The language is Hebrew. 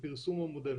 בפרסום המודל.